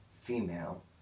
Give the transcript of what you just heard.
female